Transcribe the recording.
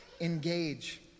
engage